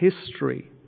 history